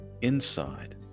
inside